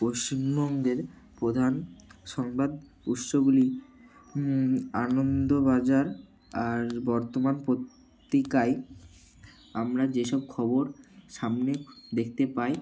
পশ্চিমবঙ্গের প্রধান সংবাদ উৎসগুলি আনন্দবাজার আর বর্তমান পত্রিকায় আমরা যেসব খবর সামনে দেখতে পাই